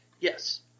Yes